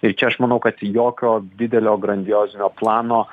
tai čia aš manau kad jokio didelio grandiozinio plano